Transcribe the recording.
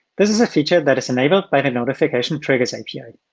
this is a feature that is enabled by the notification triggers api.